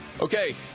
Okay